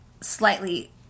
slightly